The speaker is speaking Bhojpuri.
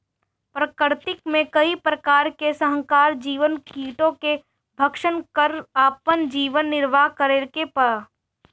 प्रकृति मे कई प्रकार के संहारक जीव कीटो के भक्षन कर आपन जीवन निरवाह करेला का?